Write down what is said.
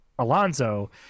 Alonzo